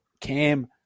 Cam